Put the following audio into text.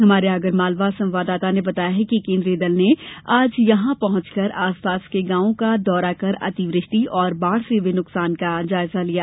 हमारे आगरमालवा संवाददाता ने बताया है कि केन्द्रीय दल ने आज यहां पहुंचकर आसपास के गांव का दौरा कर अतिवृष्टि और बाढ़ से हुये नुकसान का जायजा लिया